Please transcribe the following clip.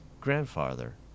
grandfather